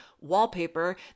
wallpaper